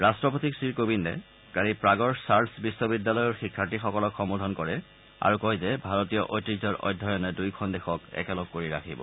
ৰাট্টপতি শ্ৰীকোবিন্দে কালি প্ৰাগৰ চাৰ্লছ বিশ্ববিদ্যালয়ৰ শিক্ষাৰ্থীসকলক সম্বোধন কৰে আৰু কয় যে ভাৰতীয় ঐতিহ্যৰ অধ্যয়নে দুয়োখন দেশক একেলগ কৰি ৰাখিব